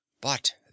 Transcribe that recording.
But